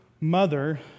mother